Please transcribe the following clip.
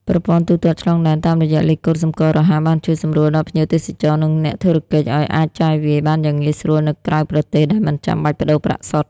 ប្រព័ន្ធទូទាត់ឆ្លងដែនតាមរយៈលេខកូដសម្គាល់រហ័ស បានជួយសម្រួលដល់ភ្ញៀវទេសចរ និងអ្នកធុរកិច្ចឱ្យអាចចាយវាយបានយ៉ាងងាយស្រួលនៅក្រៅប្រទេសដោយមិនចាំបាច់ប្ដូរប្រាក់សុទ្ធ។